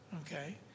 okay